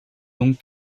donc